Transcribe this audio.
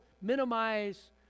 minimize